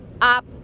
up